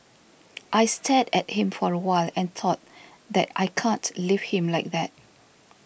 I stared at him for a while and thought that I can't leave him like that